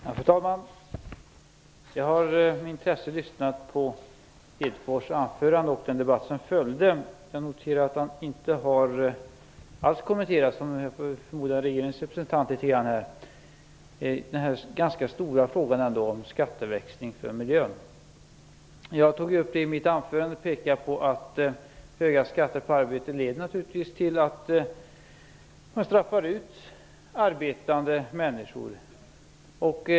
Fru talman! Jag har med intresse lyssnat på Lars Hedfors anförande och den debatt som följde. Jag noterar att han - som regeringens representant här - inte alls kommenterade den ändå ganska stora frågan om skatteväxling för miljön. I mitt anförande pekade jag på att höga skatter på arbete naturligtvis leder till att man straffar ut arbetande människor.